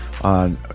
On